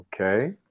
Okay